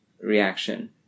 reaction